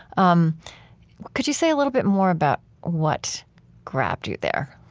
um could you say a little bit more about what grabbed you there?